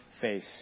face